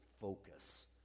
focus